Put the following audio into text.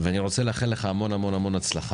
אני רוצה לאחל לך המון המון הצלחה.